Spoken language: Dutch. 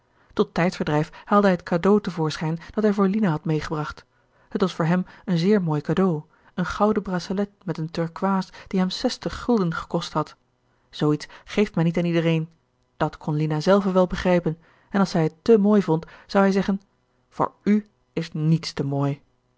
tot tijdverdrijf haalde hij het cadeau te voorschijn dat hij voor lina had meegebracht het was voor hem een zeer mooi cadeau een gouden braselet met een turkoois die hem zestig gulden gekost had zoo iets geeft men niet aan iedereen dat kon lina zelve wel begrijpen en als zij het te mooi vond zou hij zeggen voor u is niets te mooi